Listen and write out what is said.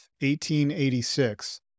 1886